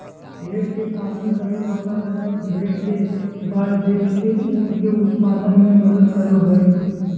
भेड़ के पालन करे वाला सब भेड़ के बाल बेच के ऊन के उत्पादन में मदद करो हई